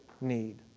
need